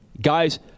guys